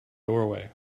doorway